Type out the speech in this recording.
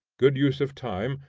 good use of time,